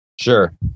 sure